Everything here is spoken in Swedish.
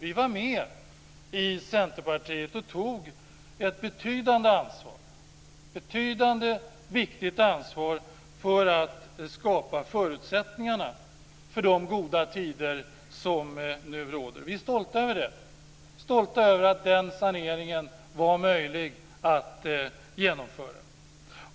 Vi i Centerpartiet var med och tog ett betydande och viktigt ansvar för att skapa förutsättningarna för de goda tider som nu råder. Vi är stolta över det, över att den saneringen var möjlig att genomföra.